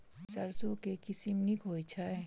सैरसो केँ के किसिम नीक होइ छै?